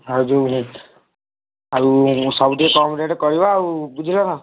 ଆଉ ଯେଉଁ ଆଉ ସବୁ ଟିକିଏ କମ୍ ରେଟ୍ କରିବ ଆଉ ବୁଝିଲନା